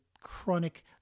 chronic